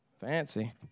fancy